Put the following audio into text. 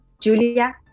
Julia